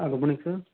ah good morning sir